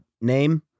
name